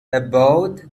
about